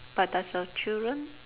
but does your children